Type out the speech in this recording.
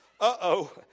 Uh-oh